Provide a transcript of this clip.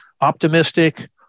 optimistic